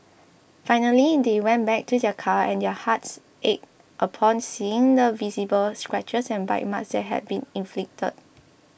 finally they went back to their car and their hearts ached upon seeing the visible scratches and bite marks that had been inflicted